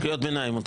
קריאות ביניים מותר.